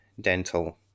dental